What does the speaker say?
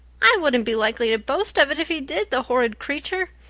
i wouldn't be likely to boast of it if he did, the horrid creature!